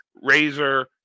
Razor